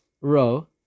row